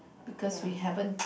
because we haven't